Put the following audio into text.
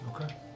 Okay